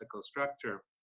structure